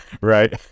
Right